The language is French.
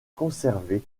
conservé